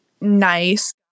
nice